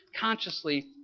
consciously